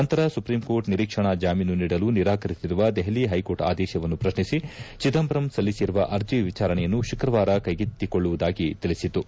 ನಂತರ supreme court ನಿರೀಕ್ಷಣಾ ಜಾಮೀನು ನೀಡಲು ನಿರಾಕರಿಸಿರುವ ದೆಹಲಿ ಹೈಕೋರ್ಟ್ ಆದೇಶವನ್ನು ಪ್ರಶ್ನಿಸಿ ಚಿದಂಬರಂ ಸಲ್ಲಿಸಿರುವ ಅರ್ಜಿ ವಿಚಾರಣೆಯನ್ನು ಶುಕ್ರವಾರ ಕೈಗೆತ್ತಿಕೊಳ್ಳುವುದಾಗಿ ತಿಳಿಸಿತು